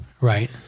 Right